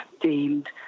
deemed